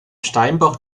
steinbach